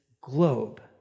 globe